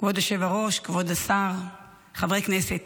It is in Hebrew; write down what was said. דיבר איתנו על כך שאנחנו מפרקים ורוצים לפרק את מערכת המשפט,